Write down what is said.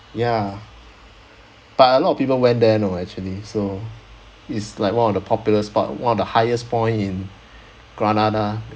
ya but a lot of people went there you know actually so is like one of the popular spot one of the highest point in granada